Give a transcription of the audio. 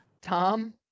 Tom